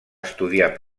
estudiar